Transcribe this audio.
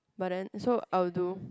but then also I'll do